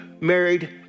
married